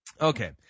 Okay